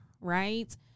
right